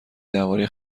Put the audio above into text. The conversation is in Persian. درباره